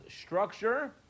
structure